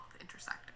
intersect